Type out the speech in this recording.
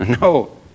No